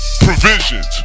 Provisions